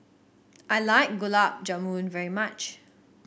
I like Gulab Jamun very much